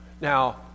Now